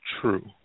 true